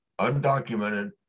undocumented